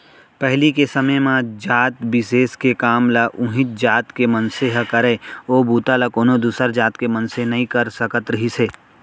पहिली के समे म जात बिसेस के काम ल उहींच जात के मनसे ह करय ओ बूता ल कोनो दूसर जात के मनसे नइ कर सकत रिहिस हे